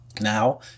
now